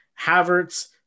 Havertz